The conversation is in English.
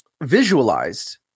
visualized